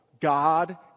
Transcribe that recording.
God